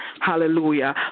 hallelujah